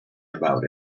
about